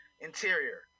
Interior